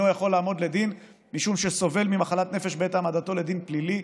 יכול לעמוד לדין משום שהוא סובל ממחלת נפש בעת העמדתו לדין פלילי.